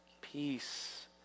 peace